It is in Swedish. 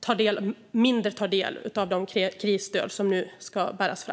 ta mindre del av de krisstöd som nu ska bäras fram.